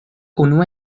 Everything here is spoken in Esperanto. unua